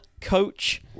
coach